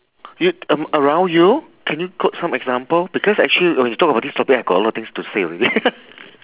you um around you can you quote some example because actually when you talk about this topic I got a lot of things to say already